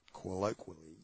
colloquially